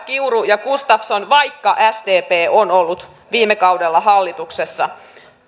kiuru ja gustafsson vaikka sdp on ollut viime kaudella hallituksessa